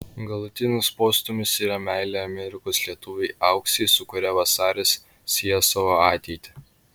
galutinis postūmis yra meilė amerikos lietuvei auksei su kuria vasaris sieja savo ateitį